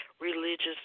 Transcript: religious